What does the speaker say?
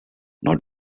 not